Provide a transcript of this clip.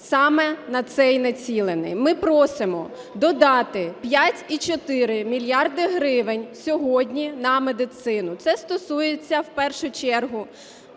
саме на це і націлений. Ми просимо додати 5,4 мільярда гривень сьогодні на медицину, це стосується в першу чергу